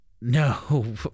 no